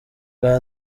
bwa